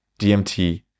DMT